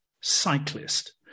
cyclist